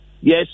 Yes